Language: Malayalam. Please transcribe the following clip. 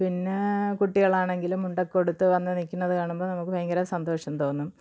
പിന്നെ കുട്ടികളാണെങ്കിലും മുണ്ടൊക്കെ ഉടുത്ത് വന്ന് നിൽക്കുന്നത് കാണുമ്പം നമുക്ക് ഭയങ്കര സന്തോഷം തോന്നും